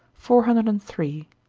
four hundred and three.